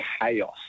chaos